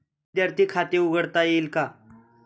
विद्यार्थी खाते उघडता येईल का?